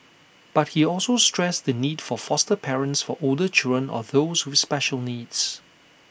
but he also stressed the need for foster parents for older children or those with special needs